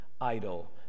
Idol